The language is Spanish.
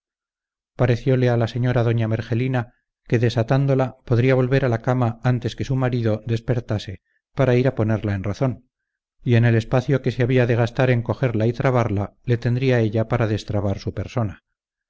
pareciole a la señora doña mergelina que desatándola podría volver a la cama antes que su marido despertase para ir a ponerla en razón y en el espacio que se había de gastar en cogerla y trabarla le tendría ella para destrabar su persona